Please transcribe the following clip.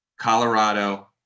Colorado